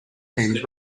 teams